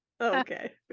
okay